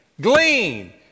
glean